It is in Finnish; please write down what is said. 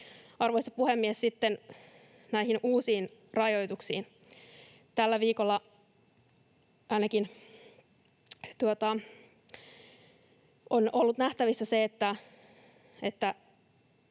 Arvoisa puhemies! Sitten näihin uusiin rajoituksiin. Tällä viikolla ainakin on ollut nähtävissä se, että